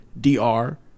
DR